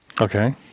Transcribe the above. Okay